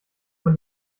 man